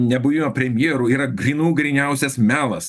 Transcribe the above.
nebuvimą premjeru yra grynų gryniausias melas